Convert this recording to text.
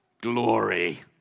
glory